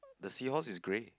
the seahorse is grey